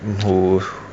who